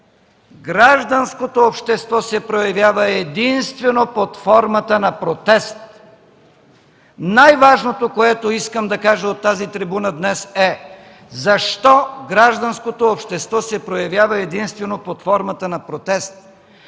гражданското общество се проявява единствено под формата на протест. Най-важното, което искам да кажа от тази трибуна днес, е: защо гражданското общество се проявява единствено под формата на протест?